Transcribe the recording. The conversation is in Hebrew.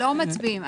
לא מצביעים.